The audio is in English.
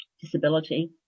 disability